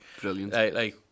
Brilliant